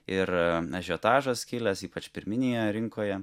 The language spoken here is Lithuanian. ir ažiotažas kilęs ypač pirminėje rinkoje